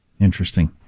Interesting